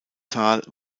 tal